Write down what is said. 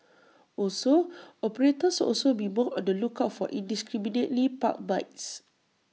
also operators also be more on the lookout for indiscriminately parked bikes